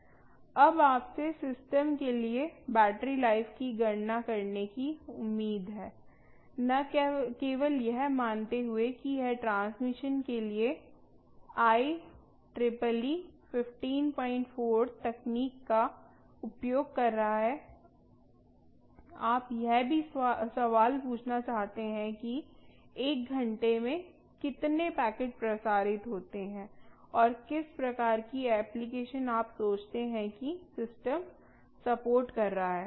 अब आपसे सिस्टम के लिए बैटरी लाइफ की गणना करने की उम्मीद है न केवल यह मानते हुए कि यह ट्रांसमिशन के लिए IEEE 154 तकनीक का उपयोग कर रहा है आप यह भी सवाल पूछना चाहते हैं कि एक घंटे में कितने पैकेट प्रसारित होते हैं और किस प्रकार की एप्लीकेशन आप सोचते है कि सिस्टम सपोर्ट कर रहा है